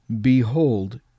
Behold